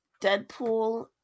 Deadpool